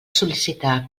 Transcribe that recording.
sol·licitar